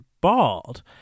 bald